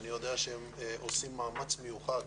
אני יודע שהם עושים מאמץ מיוחד,